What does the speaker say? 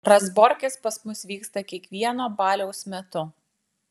razborkės pas mus vyksta kiekvieno baliaus metu